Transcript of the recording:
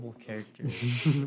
characters